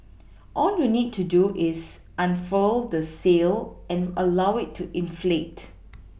all you need to do is unfurl the sail and allow it to inflate